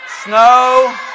Snow